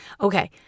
Okay